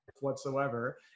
whatsoever